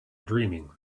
dreaming